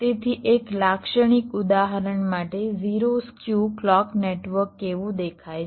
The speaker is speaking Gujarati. તેથી એક લાક્ષણિક ઉદાહરણ માટે 0 સ્ક્યુ ક્લૉક નેટવર્ક કેવું દેખાય છે